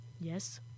Yes